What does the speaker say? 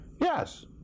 Yes